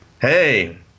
Hey